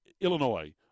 Illinois